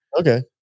okay